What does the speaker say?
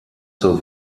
zur